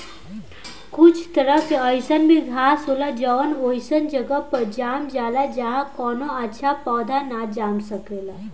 कुछ तरह के अईसन भी घास होला जवन ओइसन जगह पर जाम जाला जाहा कवनो अच्छा पौधा ना जाम सकेला